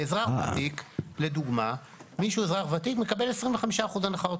מי שאזרח ותיק, הוא מקבל אוטומטית 25% הנחה.